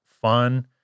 fun